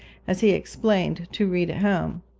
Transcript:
as he explained, to read at home.